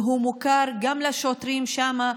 והוא מוכר גם לשוטרים שם,